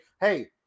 hey